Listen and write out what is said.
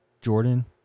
Jordan